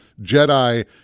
jedi